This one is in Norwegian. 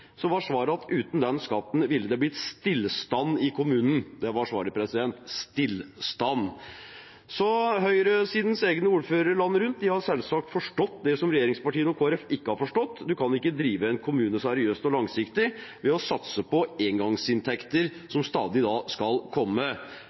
var svaret at uten den skatten ville det blitt stillstand i kommunen. Det var svaret: stillstand. Så høyresidens egne ordførere landet rundt har selvsagt forstått det som regjeringspartiene og Kristelig Folkeparti ikke har forstått: Man kan ikke drive en kommune seriøst og langsiktig ved å satse på engangsinntekter